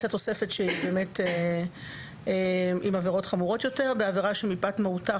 (א)/ בעבירה שמפאת מהותה,